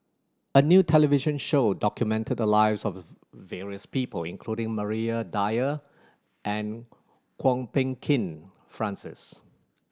a new television show documented the lives of various people including Maria Dyer and Kwok Peng Kin Francis